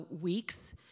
weeks